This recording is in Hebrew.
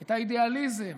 את האידיאליזם,